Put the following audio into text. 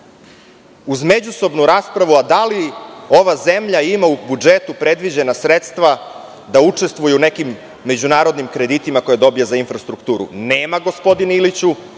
uz međusobnu raspravu da li ova zemlja ima u budžetu predviđena sredstva da učestvuje u nekim međunarodnim kreditima koje dobija za infrastrukturu. Nema, gospodine Iliću,